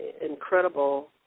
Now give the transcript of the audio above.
incredible